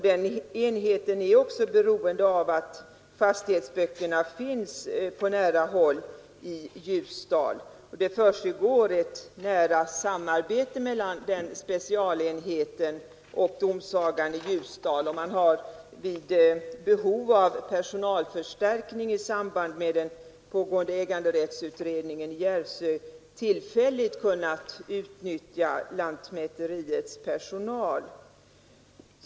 Denna enhet är också beroende av att fastighetsböckerna finns på nära håll i Ljusdal. Ett nära samarbete försiggår mellan den specialenheten och domsagan i Ljusdal. Vid behov av personalförstärkning i samband med den pågående äganderättsutredningen i Järvsö har man tillfälligt kunnat utnyttja lantmäteriets personal.